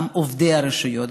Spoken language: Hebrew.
גם עובדי הרשויות,